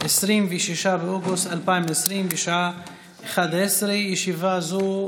26 באוגוסט 2020, בשעה 11:00. ישיבה